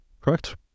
correct